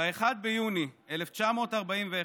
ב-1 ביוני 1941,